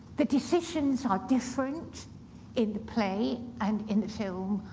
the decisions are different in the play and in the film,